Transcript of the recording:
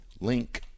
link